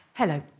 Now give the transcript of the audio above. Hello